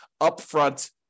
upfront